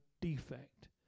defect